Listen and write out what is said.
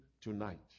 tonight